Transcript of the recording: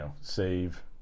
save